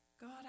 God